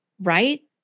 Right